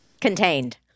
contained